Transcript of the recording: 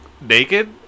Naked